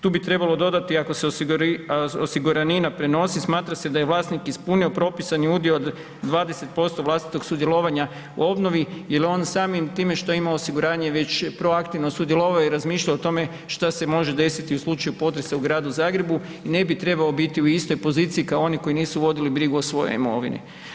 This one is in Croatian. Tu bi trebalo dodati ako se osiguranina prenosi smatra se da je vlasnik ispunio propisani udio od 20% vlastitog sudjelovanja u obnovi jel onim samim time što je imao osiguranje već proaktivno sudjelovao je i razmišljao o tome šta se može desiti u slučaju potresa u Gradu Zagrebu i ne bi trebao biti u istoj poziciji kao oni koji nisu vodili brigu o svojoj imovini.